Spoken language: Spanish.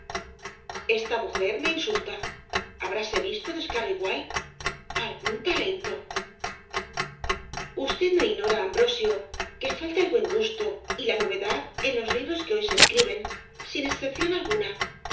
esta mujer me insulta habrásc visto descaro igual algún talento usted no ignora ambrosio que falta el buen gusto y la novedad en los libros que hoy se escriben sin excepción alguna